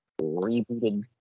rebooted